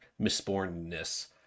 misbornness